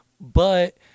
but-